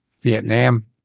Vietnam